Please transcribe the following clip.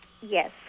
yes